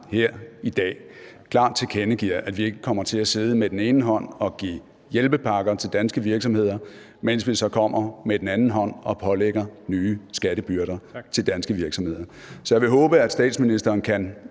her i dag klart tilkendegiver, at vi ikke kommer til at sidde med den ene hånd og give hjælpepakker til danske virksomheder, mens vi så kommer med den anden hånd og pålægger nye skattebyrder til danske virksomheder. Så jeg vil håbe, at statsministeren kan